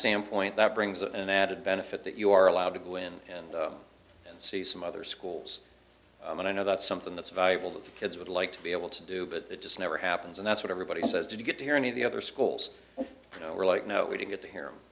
standpoint that brings an added benefit that you are allowed to go in and see some other schools and i know that's something that's valuable that the kids would like to be able to do but it just never happens and that's what everybody says did you get to hear any of the other schools were like no we did get t